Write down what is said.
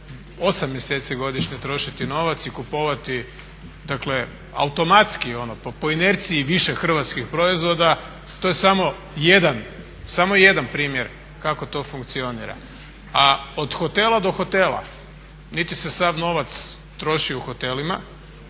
8 mjeseci godišnje trošiti novac i kupovati, dakle automatski ono po inerciji više hrvatskih proizvoda. To je samo jedan primjer kako to funkcionira. A od hotela do hotela niti se sav novac troši u hotelima,